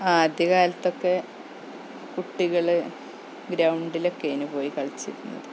ആദ്യകാലത്തൊക്കെ കുട്ടികൾ ഗ്രൗണ്ടിലൊക്കെയാണു പോയി കളിച്ചിരുന്നത്